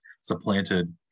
supplanted